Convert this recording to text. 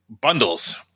bundles